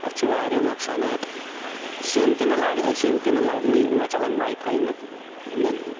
اَتھ چھِ واریاہ نۄقصانات سِم تہِ نہٕ لَگہٕ سِم تہِ نہٕ لَگٲنی نہ چَلَان واے فاے نہٕ نہ